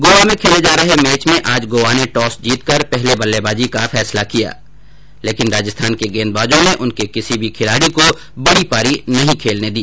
गोआ में खेले जा रहे मैच में आज गोआ ने टॉस जीतकर पहले बल्लेबाजी का फैसला किया लेकिन राजस्थान के गैंदबाजों ने उनके किसी भी खिलाड़ी को बड़ी पारी नहीं खेलने दी